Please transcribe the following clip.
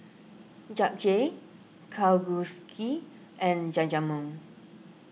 Japchae Kalguksu and Jajangmyeon